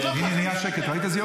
הינה, נהיה שקט, ראית איזה יופי?